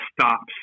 stops